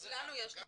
לנו יש נתון.